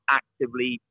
actively